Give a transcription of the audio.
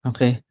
Okay